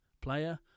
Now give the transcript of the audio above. player